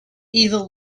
evil